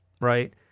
right